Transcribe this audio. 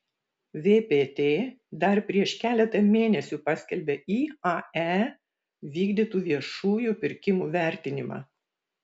vpt dar prieš keletą mėnesių paskelbė iae vykdytų viešųjų pirkimų vertinimą